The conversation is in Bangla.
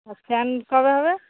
আর স্যান্ড কবে হবে